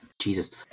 Jesus